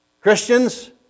Christians